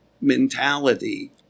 mentality